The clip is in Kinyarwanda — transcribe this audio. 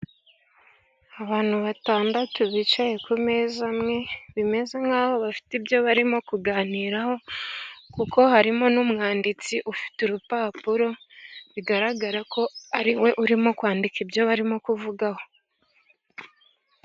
Abantu batandatu bicaye ku meza amwe, bimeze nkaho bafite ibyo barimo kuganiraho, kuko harimo n'umwanditsi ufite urupapuro, bigaragara ko ariwe urimo kwandika ibyo barimo kuvugaho.